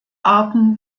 arten